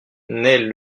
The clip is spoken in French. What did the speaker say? naît